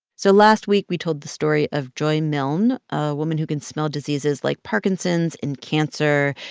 so last week, we told the story of joy milne, a woman who can smell diseases like parkinson's and cancer.